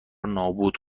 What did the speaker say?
نابود